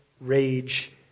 rage